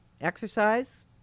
exercise